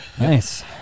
Nice